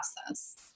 process